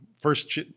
first